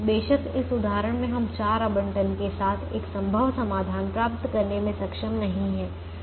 बेशक इस उदाहरण में हम चार आवंटन के साथ एक संभव समाधान प्राप्त करने में सक्षम नहीं हैं